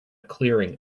clearing